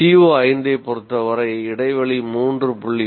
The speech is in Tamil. CO5 ஐப் பொறுத்தவரை இடைவெளி 3